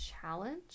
challenge